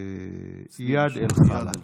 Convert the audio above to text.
איאד אלחלאק.